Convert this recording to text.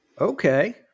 Okay